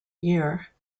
year